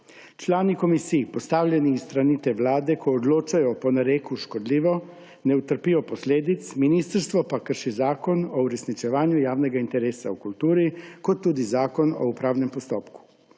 Člani komisij, postavljeni s strani te vlade, ko odločajo po nareku škodljivo, ne utrpijo posledic, ministrstvo pa krši Zakon o uresničevanju javnega interesa v kulturi kot tudi Zakon o upravnem postopku.